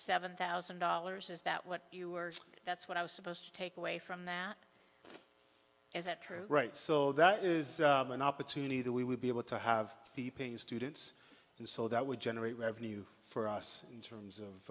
seven thousand dollars is that what you were that's what i was supposed to take away from that is that true right so that is an opportunity that we would be able to have the pain students and so that would generate revenue for us in terms